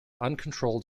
uncontrolled